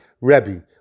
Rebbe